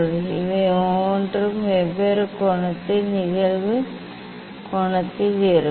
இவை ஒவ்வொன்றும் வெவ்வேறு கோணத்தில் நிகழ்வு கோணத்தில் இருக்கும்